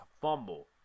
fumble